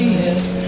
yes